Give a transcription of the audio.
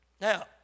Now